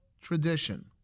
tradition